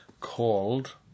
called